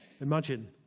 Imagine